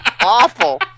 Awful